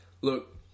look